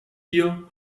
hier